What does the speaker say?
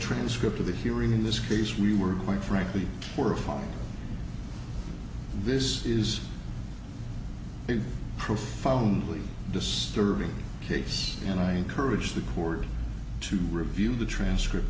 transcript of the hearing in this case we were quite frankly horrified this is a profoundly disturbing case and i encourage the board to review the transcript